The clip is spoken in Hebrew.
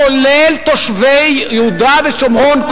כולל תושבי יהודה ושומרון,